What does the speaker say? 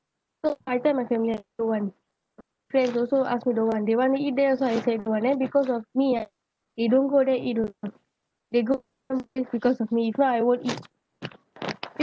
so I tell my family I don't want friends also ask me don't want they want to eat there also I say don't want then because of me ah they don't go there eat also they go place because of me if not I won't eat